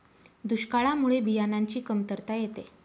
दुष्काळामुळे बियाणांची कमतरता येते